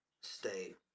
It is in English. state